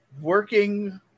working